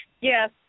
Yes